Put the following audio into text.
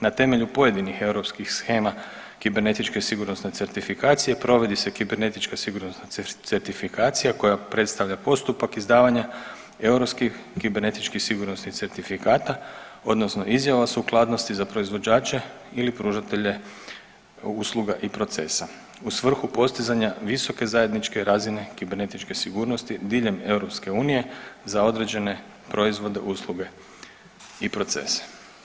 Na temelju pojedinih europskih shema kibernetičke sigurnosne certifikacije provodi se kibernetička sigurnosna certifikacija koja predstavlja postupak izdavanja europskih kibernetičkih sigurnosnih certifikata odnosno izjava o sukladnosti za proizvođače ili pružatelje usluga i procesa u svrhu postizanja visoke zajedničke razine kibernetičke sigurnosti diljem EU za određene proizvode, usluge i procese.